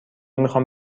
میخوام